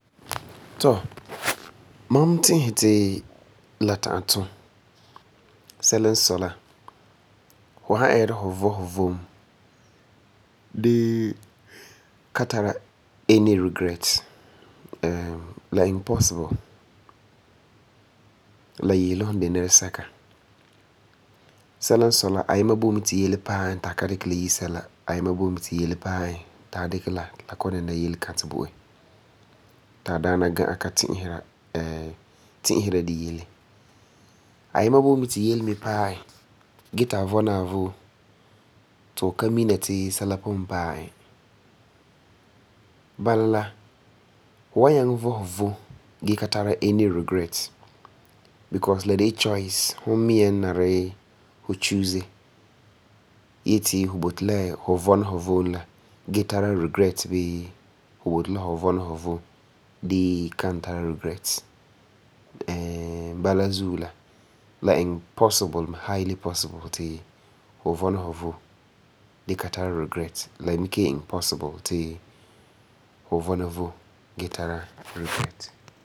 Tɔ, mam ti'isɛ ti la ta'am tum. Sɛla n sɔi la, fu san ɛɛra fu vo fu vom gee ka tara any regret la iŋɛ possible, la yese la fu de nɛresɛka. Selq n sɔi la, ayima boi mɛ ti yele paɛ ti a ka dikɛ la yi sɛla, ti ayima ti yele mi paɛ e gee ti a vɔna a vom ugum ka mina ti yele paɛ e. Because la de la choice, fu mia n nari fu choose yeti fu boti fu vɔna fu vom la gee tara regret bii fu boti la fu bɔna fu vom gee dee kan tara regrets. bala zuo la, la iŋɛ possible mɛ, highly possible ti fu vɔna fu vom gee ka tara regret, la mi kelum possible ti fu bɔna vom gee tara regrets.